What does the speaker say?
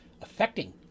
affecting